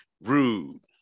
rude